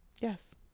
Yes